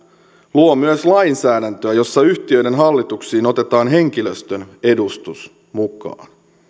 luo myös lainsäädäntöä jossa yhtiöiden hallituksiin otetaan henkilöstön edustus mukaan